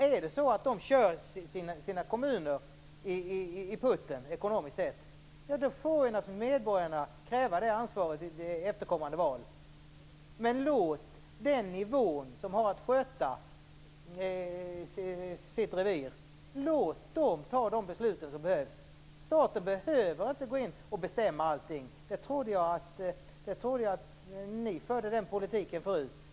Är det så att de kör sina kommuner i putten ekonomiskt får naturligtvis medborgarna utkräva ansvaret i nästkommande val, men låt rätt nivå fatta de beslut som behövs. Staten behöver inte gå in och bestämma allting. Jag trodde att ni förde den politiken förut.